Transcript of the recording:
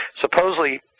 supposedly